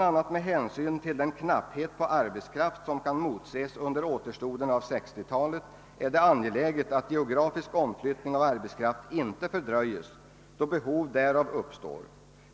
a. med hänsyn till den knapphet på arbetskraft, som kan motses under återstoden av 1960-talet, är det angeläget, att geografisk omflyttning av arbetskraft inte fördröjes, då behov därav uppstår.